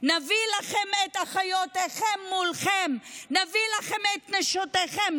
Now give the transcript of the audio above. נביא לכם את אחיותיכם מולכם, נביא לכם את נשותיכם.